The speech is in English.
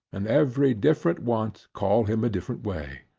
and every different want call him a different way.